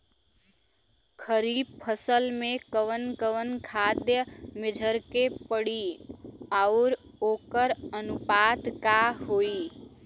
खरीफ फसल में कवन कवन खाद्य मेझर के पड़ी अउर वोकर अनुपात का होई?